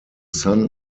son